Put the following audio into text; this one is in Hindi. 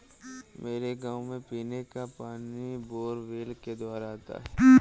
मेरे गांव में पीने का पानी बोरवेल के द्वारा आता है